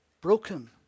broken